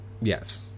Yes